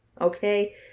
okay